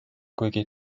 kuigi